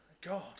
God